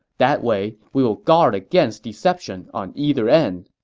that way, we will guard against deception on either end.